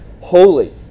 holy